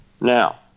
Now